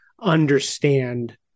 understand